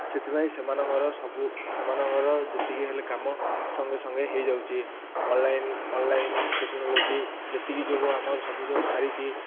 ସେଥିପାଇଁ ସେମାନଙ୍କର ସବୁ ସେମାନଙ୍କର ଯେତିକି ହେଲେ କାମ ସଙ୍ଗେ ସଙ୍ଗେ ହେଇଯାଉଛି ଅନଲାଇନ୍ ଅନଲାଇନ୍ ଟେକ୍ନୋଲୋଜି ଯେତିକି ଯୋଗୁଁ ଆମର ସବୁ ଯୋଗୁଁ ବାହାରିଛି